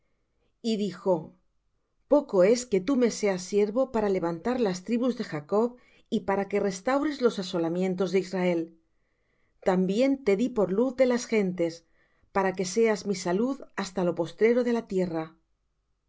y dijo poco es que tú me seas siervo para levantar las tribus de jacob y para que restaures los asolamientos de israel también te dí por luz de las gentes para que seas mi salud hasta lo postrero de la tierra